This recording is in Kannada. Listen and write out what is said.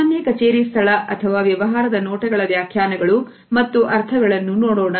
ಸಾಮಾನ್ಯ ಕಚೇರಿ ಸ್ಥಳ ಅಥವಾ ವ್ಯವಹಾರದ ನೋಟಗಳ ವ್ಯಾಖ್ಯಾನಗಳು ಮತ್ತು ಅರ್ಥಗಳನ್ನು ನೋಡೋಣ